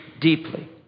deeply